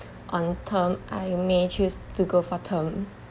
on term I may choose to go for term